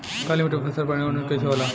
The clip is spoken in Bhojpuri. काली मिट्टी पर फसल बढ़िया उन्नत कैसे होला?